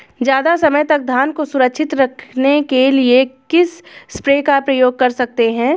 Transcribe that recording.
ज़्यादा समय तक धान को सुरक्षित रखने के लिए किस स्प्रे का प्रयोग कर सकते हैं?